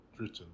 written